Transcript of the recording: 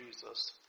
Jesus